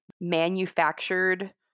manufactured